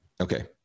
Okay